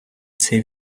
цей